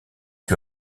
que